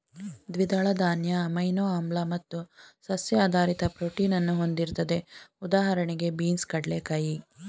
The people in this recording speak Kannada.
ದ್ವಿದಳ ಧಾನ್ಯ ಅಮೈನೋ ಆಮ್ಲ ಮತ್ತು ಸಸ್ಯ ಆಧಾರಿತ ಪ್ರೋಟೀನನ್ನು ಹೊಂದಿರ್ತದೆ ಉದಾಹಣೆಗೆ ಬೀನ್ಸ್ ಕಡ್ಲೆಕಾಯಿ